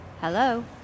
hello